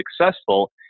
successful